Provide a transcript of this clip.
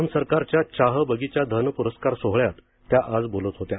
आसाम सरकारच्या चाह बगिचा धन पुरस्कार सोहळ्यात त्या आज बोलत होत्या